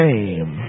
Name